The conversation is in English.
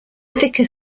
thicker